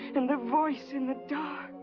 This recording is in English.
and the voice in the dark,